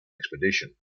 expedition